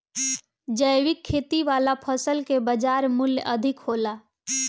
जैविक खेती वाला फसल के बाजार मूल्य अधिक होला